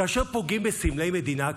כאשר פוגעים בסמלי מדינה,